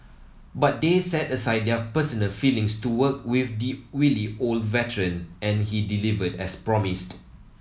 but they set aside their personal feelings to work with the wily old veteran and he delivered as promised